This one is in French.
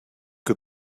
que